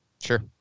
Sure